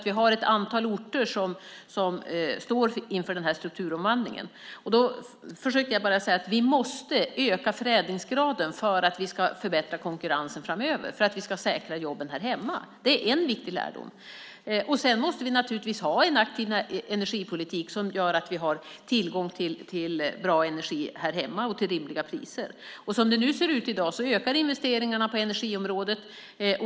Vi har ett antal orter som står inför den här strukturomvandlingen. Jag försökte säga att vi måste öka förädlingsgraden för att vi ska förbättra konkurrensen framöver och säkra jobben här hemma. Det är en viktig lärdom. Sedan måste vi naturligtvis ha en aktiv energipolitik, som gör att vi har tillgång till bra energi här hemma till rimliga priser. Som det ser ut i dag ökar investeringarna på energiområdet.